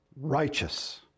righteous